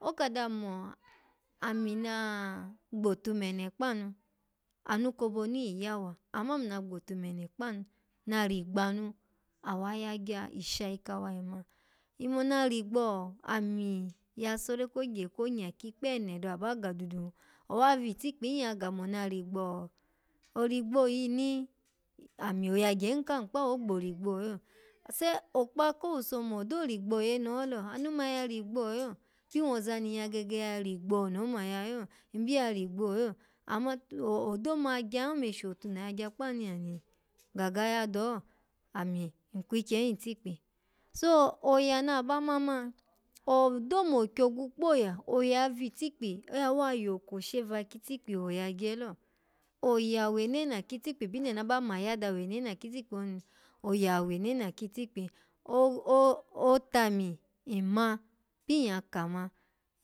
Oka dami ino ami na gbotumene kpanu. anu kwobonu yi ya wa, amma ami na gbotumene kpawu, na rigbanu. Awa yagya ishayi kawo yoma. Inmo na rigbo ami ya sore kogye konya kikpene do aba ga dudu owa vitikpi hin ya kamo na rigbo origbo yini ami oya hin kami kpawo ogbo rigbo lo sai okpa ko owuso mo odo rigbo yene ho lo anu ma ya rigbo lo pi woza ni nyya gege ya rigbo ni oma lalo nbi ya rigbo yo amma odo magyan ome shotu na yagya kpawa ya ni? Gaga ya do, ami nkwikye hin itikp so, oya na ba ma man, odo mo kyogwu kpoya, oya ya vitikpi oya wa yoko she vakitikpi oya gye lo oya wenene kitikpi byinde na ba mayada wenene kitikpi oni, oya wenena kitipkpi otami nma pin ya ka ina